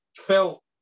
felt